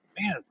man